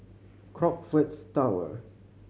Crockfords Tower